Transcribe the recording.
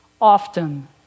often